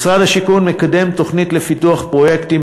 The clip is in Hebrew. "משרד השיכון מקדם תוכנית לפיתוח פרויקטים